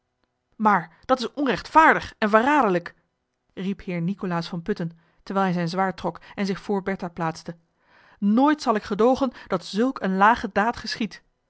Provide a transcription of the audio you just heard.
maar dat is onrechtvaardig en verraderlijk riep heer nicolaas van putten terwijl hij zijn zwaard trok en zich voor bertha plaatste nooit zal ik gedoogen dat zulk eene lage daad geschiedt